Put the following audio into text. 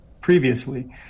previously